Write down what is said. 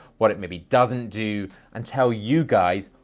what it maybe doesn't do and tell you guys,